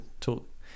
talk